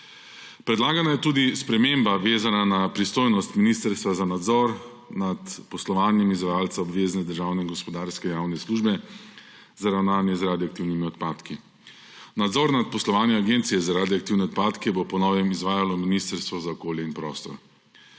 Predlagana je tudi sprememba,, vezana na pristojnost ministrstva za nadzor nad poslovanjem izvajalca obvezne državne gospodarske javne službe za ravnanje z radioaktivnimi odpadki. Nadzor nad poslovanjem agencije za radioaktivne odpadke bo po novem izvajalo Ministrstvo za okolje in prostor.